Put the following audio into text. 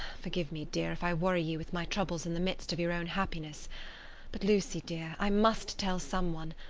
forgive me, dear, if i worry you with my troubles in the midst of your own happiness but, lucy dear, i must tell some one,